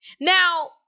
Now